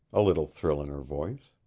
a little thrill in her voice.